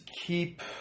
keep